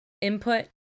input